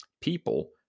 people